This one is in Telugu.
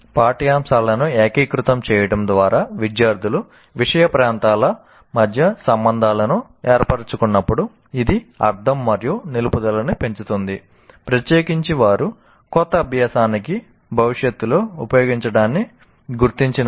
పాఠ్యాంశాలను ఏకీకృతం చేయడం ద్వారా విద్యార్థులు విషయ ప్రాంతాల మధ్య సంబంధాలను ఏర్పరచుకున్నప్పుడు ఇది అర్థం మరియు నిలుపుదలని పెంచుతుంది ప్రత్యేకించి వారు కొత్త అభ్యాసానికి భవిష్యత్తులో ఉపయోగించడాన్ని గుర్తించినప్పుడు